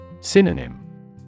Synonym